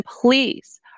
please